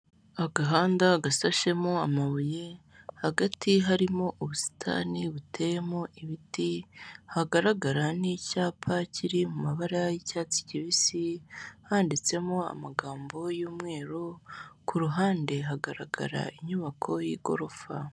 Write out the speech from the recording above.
Ahantu ku muhanda hashinze imitaka ibiri umwe w'umuhondo n'undi w'umutuku gusa uw'umuhonda uragaragaramo ibirango bya emutiyeni ndetse n'umuntu wicaye munsi yawo wambaye ijiri ya emutiyeni ndetse n'ishati ari guhereza umuntu serivise usa n'uwamugannye uri kumwaka serivise arimo aramuha telefone ngendanwa. Hakurya yaho haragaragara abandi bantu barimo baraganira mbese bari munsi y'umutaka w'umutuku.